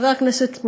חבר הכנסת שמולי,